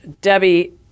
Debbie